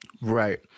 Right